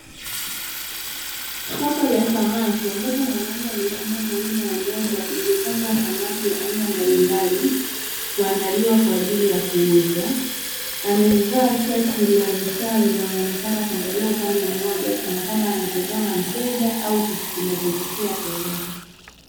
Soko la samaki ambapo mwanaume amesimama nyuma ya meza iliyopangwa samaki wa aina mbalimbali, kuandaliwa kwa ajili ya kuuzwa, amevaa shati la mistari na anaonekana kuangalia upande mmoja kana kwamba anatazama mteja au kitu kinachotokea pembeni.